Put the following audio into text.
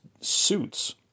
suits